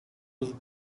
was